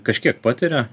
kažkiek patiria